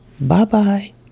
Bye-bye